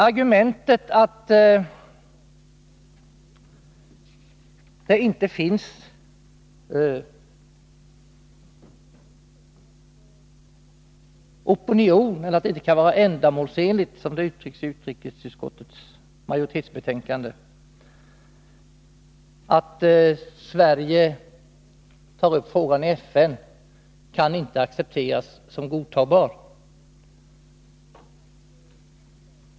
Argumentet att det inte kan vara ändamålsenligt — som det uttrycks av utskottsmajoriteten i betänkandet — att Sverige tar upp frågan i FN kan inte accepteras.